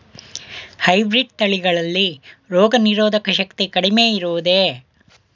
Hybrid ತಳಿಗಳಲ್ಲಿ ರೋಗನಿರೋಧಕ ಶಕ್ತಿ ಕಡಿಮೆ ಇರುವುದೇ?